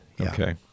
okay